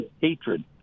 hatred